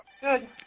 Good